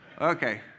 Okay